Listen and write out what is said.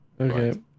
Okay